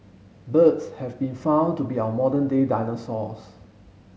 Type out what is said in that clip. birds have been found to be our modern day dinosaurs